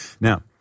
Now